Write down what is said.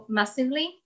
massively